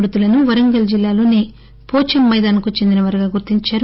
మృతులను వరంగల్ జిల్లాలోని పోచం మైదాన్ కు చెందిన వారుగా గుర్తించారు